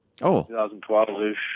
2012-ish